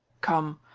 come,